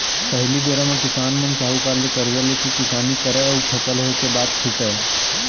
पहिली बेरा म किसान मन साहूकार ले करजा लेके किसानी करय अउ फसल होय के बाद छुटयँ